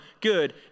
good